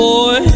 Boy